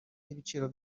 n’ibiciro